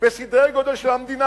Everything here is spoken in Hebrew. בסדרי גודל של המדינה,